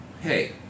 hey